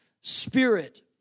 Spirit